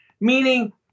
Meaning